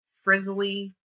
frizzly